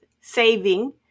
saving